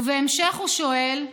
ובהמשך הוא שואל: